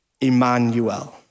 Emmanuel